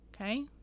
Okay